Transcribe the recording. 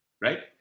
Right